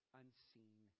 unseen